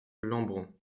lembron